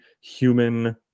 human